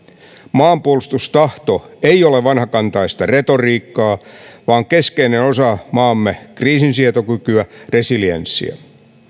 maanpuolustustahto ei ole vanhakantaista retoriikkaa vaan keskeinen osa maamme kriisinsietokykyä resilienssiä